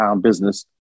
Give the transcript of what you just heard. business